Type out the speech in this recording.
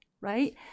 right